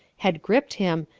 had gripped him,